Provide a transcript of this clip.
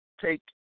Take